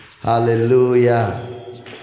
Hallelujah